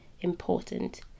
important